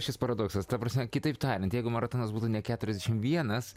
šis paradoksas ta prasme kitaip tariant jeigu maratonas būtų ne keturiasdešim vienas